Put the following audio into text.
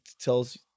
tells